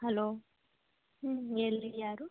hello ಹ್ಞೂ ಹೇಳ್ರಿ ಯಾರು